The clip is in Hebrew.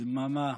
דממה,